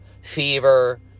fever